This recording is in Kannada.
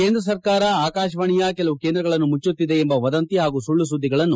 ಕೇಂದ್ರ ಸರ್ಕಾರ ಆಕಾಶವಾಣಿಯ ಕೆಲವು ಕೇಂದ್ರಗಳನ್ನು ಮುಚ್ಚುತ್ತಿದೆ ಎಂಬ ವದಂತಿ ಹಾಗೂ ಸುಳ್ಳು ಸುದ್ದಿಗಳನ್ನು